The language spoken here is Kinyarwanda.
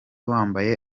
wambaye